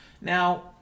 Now